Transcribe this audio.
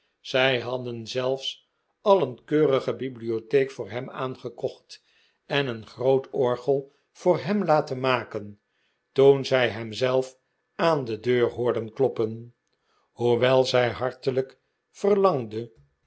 zij hadden zelfs al een keurige bibliotheek voor hem aangekocht en een groot orgel voor hem laten maken toen zij hem zelf aan de deur hoorden kloppea hoewel zij hartelijk verlangde